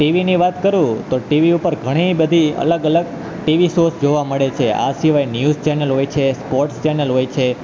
ટીવીની વાત કરું તો ટીવી ઉપર ઘણી બધી અલગ અલગ ટીવી શોસ જોવા મળે છે આ સિવાય ન્યૂઝ ચેનલ્સ હોય છે સ્પોટ્સ ચેનલ હોય છે